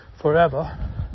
forever